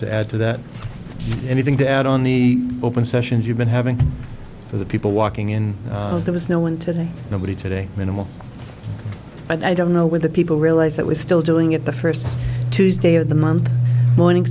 to add to that anything to add on the open sessions you've been having for the people walking in there was no one today nobody today minimal i don't know where the people realize that we're still doing it the first tuesday of the month morning